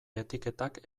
etiketak